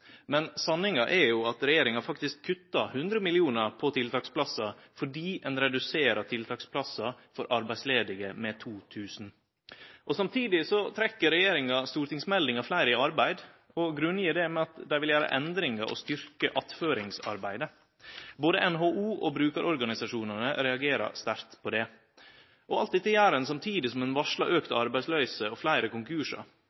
Men sanninga er jo at regjeringa faktisk kuttar 100 mill. kr på tiltaksplassar, fordi ein reduserer tiltaksplassar for arbeidsledige med 2 000. Samtidig trekker regjeringa stortingsmeldinga Flere i arbeid og grunngjev det med at dei vil gjere endringar og styrkje attføringsarbeidet. Både NHO og brukarorganisasjonane reagerer sterkt på det. Alt dette gjer ein samtidig som ein varslar